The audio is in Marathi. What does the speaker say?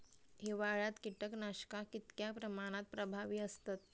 हिवाळ्यात कीटकनाशका कीतक्या प्रमाणात प्रभावी असतत?